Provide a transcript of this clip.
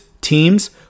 teams